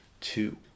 two